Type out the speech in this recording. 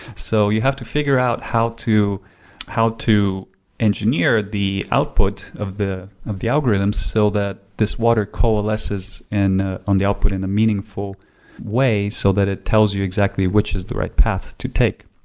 so you have to figure out how to how to engineer the output of the of the algorithms so that this water coalesces ah on the output in a meaningful way so that it tells you exactly which is the right path to take.